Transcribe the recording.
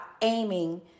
aiming